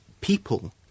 people